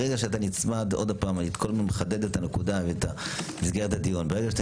ברגע שאתה נצמד שוב לעדכון ומחדד את מסגרת הדיון כשאתה